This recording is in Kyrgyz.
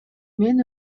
мен